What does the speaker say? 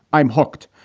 i'm hooked.